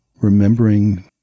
remembering